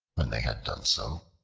when they had done so,